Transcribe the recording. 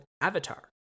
Avatar